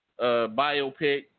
biopic